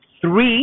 three